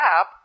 app